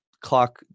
clock